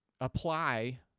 apply